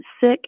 sick